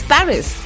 Paris